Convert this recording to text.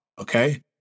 Okay